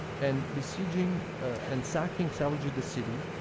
and besieging and sacking, salvaging the city,